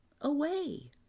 away